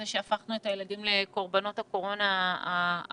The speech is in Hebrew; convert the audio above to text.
הוא שהפכנו את הילדים לקרבנות הקורונה האמיתיים,